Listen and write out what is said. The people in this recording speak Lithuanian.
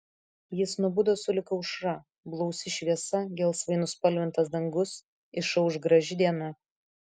jis nubudo sulig aušra blausi šviesa gelsvai nuspalvintas dangus išauš graži diena